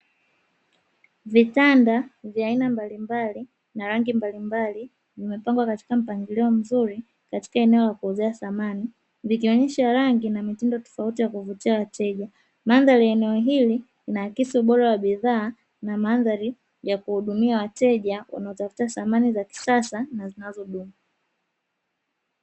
Vitanda vya aina mbalimbali na rangi mbalimbali vimepangwa katika mpangilio mzuri katika eneo la kuuzia samani, vikionyesha rangi na mapambo yakuvutia wateja , mandhari ya eneo hili linahakisi ubora wa biashara, na madhari ya kuhudumua wateja wanaotafuta samani za kisasa na zinazodumu.